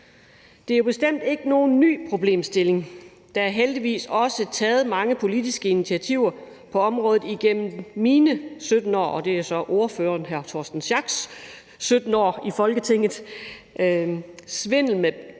Det er jo bestemt ikke nogen ny problemstilling. Der er heldigvis også taget mange politiske initiativer på området igennem mine – og det er jo så ordføreren hr. Torsten Schack Pedersens – 17 år i Folketinget. Svindel med sodavand,